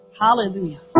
Hallelujah